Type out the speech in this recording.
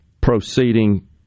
proceeding